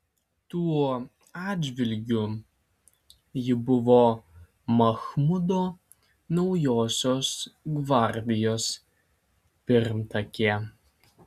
tuo atžvilgiu ji buvo machmudo naujosios gvardijos pirmtakė